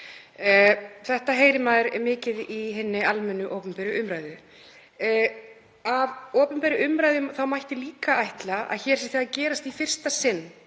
Þetta heyrir maður mikið í hinni almennu opinberu umræðu. Af opinberri umræðu mætti líka ætla að hér sé það að gerast í fyrsta sinn